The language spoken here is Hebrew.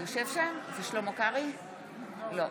אינו